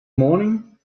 morning